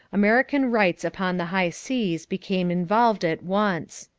american rights upon the high seas became involved at once.